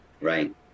Right